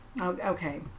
okay